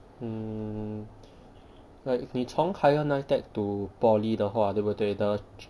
mm like 你从 higher NITEC to polytechnic 的话对不对 the